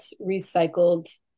recycled